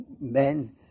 men